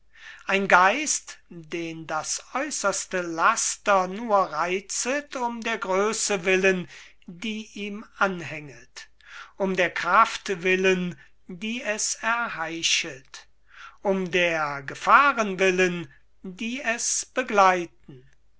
ein geist den das äusserste laster nur reitzet um der grösse willen die ihm anhänget um der kraft willen die es erheischet um der gefahren willen die es begleiten